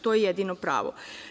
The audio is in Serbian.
To je jedino pravo.